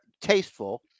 tasteful